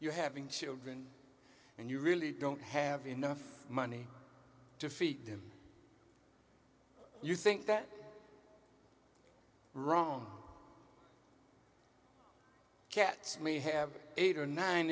you're having children and you really don't have enough money to feed them you think that wrong cats may have eight or nine